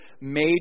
made